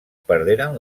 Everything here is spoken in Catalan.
perderen